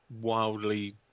wildly